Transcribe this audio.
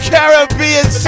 Caribbean